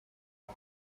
lui